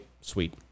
Sweet